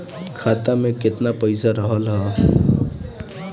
खाता में केतना पइसा रहल ह?